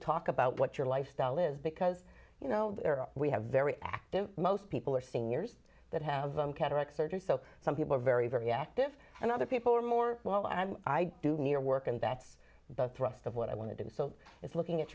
talk about what your lifestyle is because you know we have very active most people are seniors that have them cataract surgery so some people are very very active and other people are more well i'm i do near work and that's the thrust of what i want to do so it's looking at